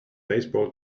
baseball